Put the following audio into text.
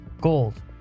gold